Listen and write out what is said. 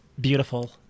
beautiful